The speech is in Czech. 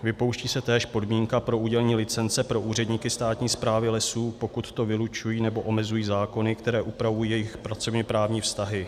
Vypouští se též podmínka pro udělení licence pro úředníky státní správy lesů, pokud to vylučují nebo omezují zákony, které upravují jejich pracovněprávní vztahy.